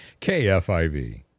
KFIV